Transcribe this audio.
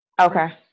Okay